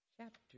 chapter